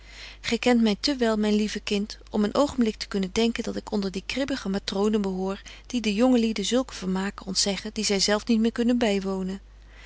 gy kent my te wel myn lieve kind om een oogenblik te kunnen denken dat ik onder die kribbige matronen behoor die den jonge lieden zulke vermaken ontzeggen die zy zelf niet meer kunnen bywonen